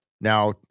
now